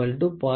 D 0